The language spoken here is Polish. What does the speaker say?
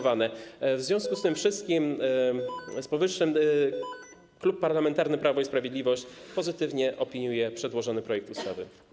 W związku z powyższym Klub Parlamentarny Prawo i Sprawiedliwość pozytywnie opiniuje przedłożony projekt ustawy.